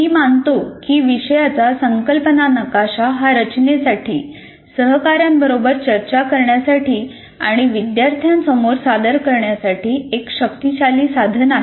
मी मानतो की विषयाचा संकल्पना नकाशा हा रचनेसाठी सहकाऱ्यांबरोबर चर्चा करण्यासाठी आणि विद्यार्थ्यांसमोर सादर करण्यासाठी एक शक्तिशाली साधन आहे